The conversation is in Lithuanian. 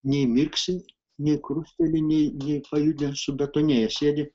nei mirksi nei krusteli nei nei pajudint subetonėję sėdi